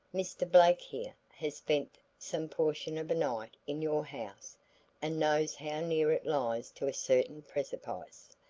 mr. blake here, has spent some portion of a night in your house and knows how near it lies to a certain precipice,